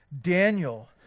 Daniel